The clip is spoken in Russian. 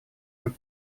над